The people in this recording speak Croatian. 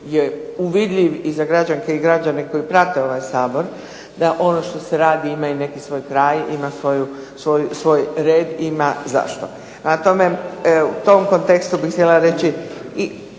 je vidljiv i za građane i građanke koji prate ovaj Sabor, da ono što se radi ima i neki svoj kraj, ima svoj red, ima zašto. Prema tome, u tom kontekstu bih htjela reći